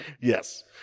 Yes